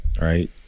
right